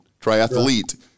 triathlete